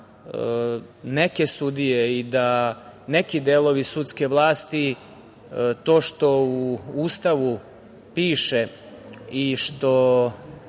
neke sudije i da neki delovi sudske vlasti, to što u Ustavu piše i što